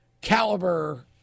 caliber